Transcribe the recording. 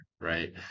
right